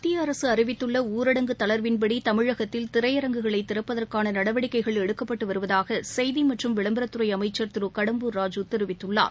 மத்தியஅரசுஅறிவித்துள்ளஊரடங்கு தளர்வின்படிதமிழகத்தில் திரையரங்குகளைதிறப்பதற்கானநடவடிக்கைகள் எடுக்கப்பட்டுவருவதாகசெய்திமற்றும் விளம்பரத்துறைஅமைச்சர் திருகடம்பூர் ராஜூ தெரிவித்துள்ளார்